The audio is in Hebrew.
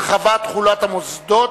הרחבת תחולת המוסדות)